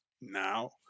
now